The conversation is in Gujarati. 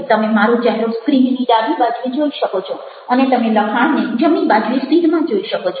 તમે મારો ચહેરો સ્ક્રીનની ડાબી બાજુએ જોઈ શકો છો અને તમે લખાણને જમણી બાજુએ સીધમાં જોઈ શકો છો